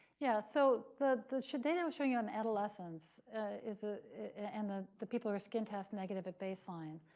yeah. so the the so data i was showing you on adolescence is ah and the the people who are skin test negative at baseline,